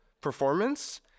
performance